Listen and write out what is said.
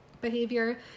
behavior